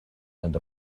and